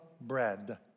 bread